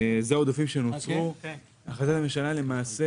הפנייה נועדה להעביר